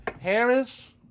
Harris